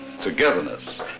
togetherness